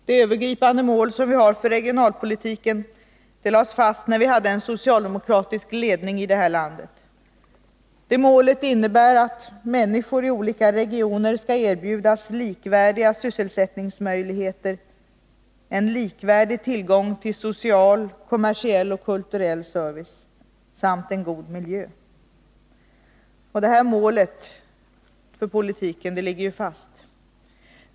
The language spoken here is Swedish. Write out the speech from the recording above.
Det övergripande målet för regionalpolitiken lades fast när vi hade socialdemokratisk ledning i det här landet. Det målet innebär att människor i olika regioner skall erbjudas likvärdiga sysselsättningsmöjligheter och en likvärdig tillgång till social, kommersiell och kulturell service samt en god miljö. Det här målet för regionalpolitiken ligger fast.